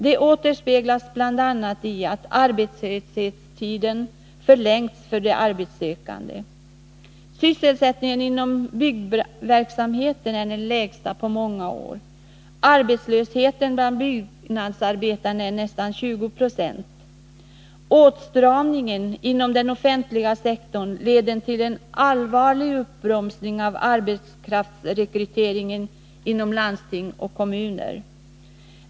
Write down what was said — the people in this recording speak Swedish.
Det återspeglas bl.a. i att arbetslöshetstiden förlängts för de arbetssökande. Sysselsättningen inom byggverksamheten är den lägsta på många år. Arbetslösheten bland byggnadsarbetarna är nästan 20 96. Åtstramningen inom den offentliga sektorn leder till en allvarlig uppbromsning av arbetskraftsrekryteringen inom landsting och kommuner.